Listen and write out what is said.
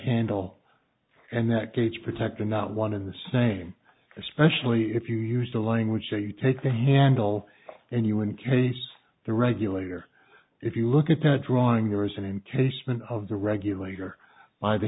handle and that cage protector not one of the same especially if you use the language that you take the handle and you in case the regulator if you look at the drawing there isn't in case man of the regulator by the